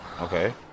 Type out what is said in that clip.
okay